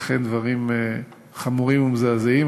אכן דברים חמורים ומזעזעים.